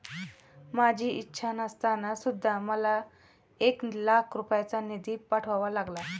माझी इच्छा नसताना सुद्धा मला एक लाख रुपयांचा निधी पाठवावा लागला